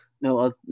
No